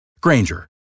Granger